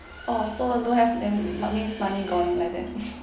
orh so don't have any that means money gone like that